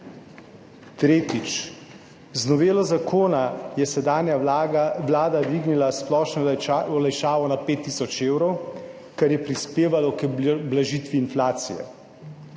Tretjič. Z novelo zakona je sedanja vlada dvignila splošno olajšavo na 5 tisoč evrov, kar je prispevalo k blažitvi inflacije.